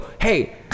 hey